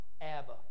Abba